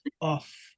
off